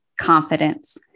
Confidence